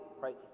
Right